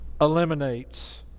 eliminates